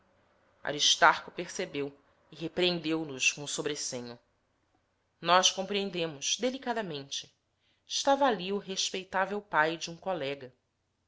aristarco percebeu e repreendeu nos com o sobrecenho nós compreendemos delicadamente estava ali o respeitável pai de um colega